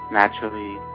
naturally